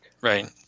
Right